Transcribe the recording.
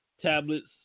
Tablets